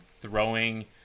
throwing